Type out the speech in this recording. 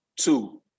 two